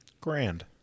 Grand